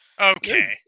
Okay